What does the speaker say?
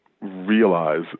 realize